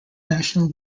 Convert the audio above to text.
national